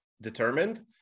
determined